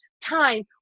time